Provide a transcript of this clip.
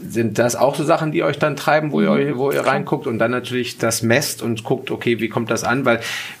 Sind das auch so Sachen, die euch dann treiben, wo ihr- Mhm. wo ihr Klar. reinguckt und dann natürlich das messt und guckt, okay, wie kommt das an? Weil